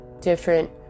different